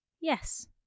Yes